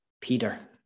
Peter